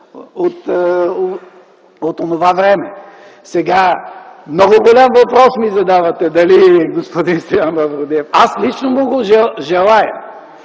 от онова време. Много голям въпрос ми задавате – дали господин Стоян Мавродиев. Аз лично му го желая!